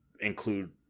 include